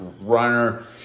runner